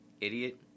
Idiot